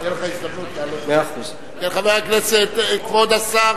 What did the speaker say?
כבוד השר